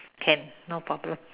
can no problem